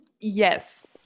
yes